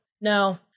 No